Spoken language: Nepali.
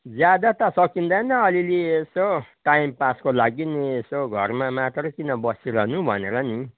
ज्यादा त सकिँदैन अलिअलि यसो टाइम पासको लागि नि यसो घरमा मात्रै किन बसिरहनु भनेर नि